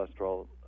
cholesterol